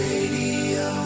Radio